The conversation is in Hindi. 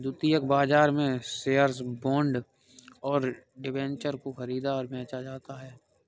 द्वितीयक बाजार में शेअर्स, बॉन्ड और डिबेंचर को ख़रीदा और बेचा जाता है